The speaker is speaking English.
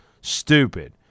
stupid